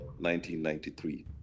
1993